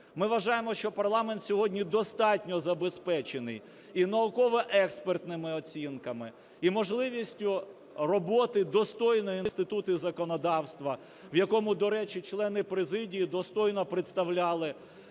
Ми вважаємо, що парламент сьогодні достатньо забезпечений і науково-експертними оцінками, і можливістю роботи достойною Інституту законодавства, в якому, до речі, члени президії достойно представляли